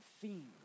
theme